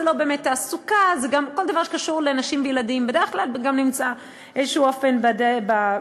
ולא רק שהוא נמצא במשרד הכלכלה ולא במשרד החינוך,